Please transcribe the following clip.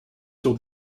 sur